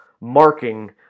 marking